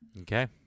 Okay